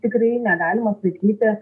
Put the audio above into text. tikrai negalima sakyti